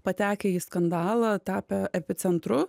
patekę į skandalą tapę epicentru